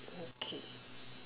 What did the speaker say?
okay